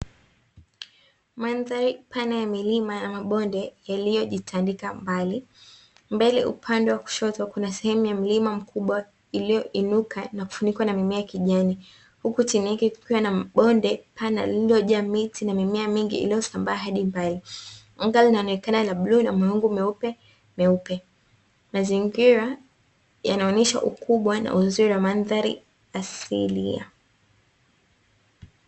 Mandhari pana ya milima ya mabonde yaliyo jitandika mbali. Mbele upande wa kushoto kuna sehemu ya mlima mkubwa iliyo inuka na kufunikwa na mimea ya kijani huku chini yake kukiwa na bonde lililojaa miti na mimea mingi iliyosambaa hadi mbali. Mandhari inaonekana ina bluu na mawingu meupe. Mazingira yanaonesha ukubwa na uzuri wa mandhari asilia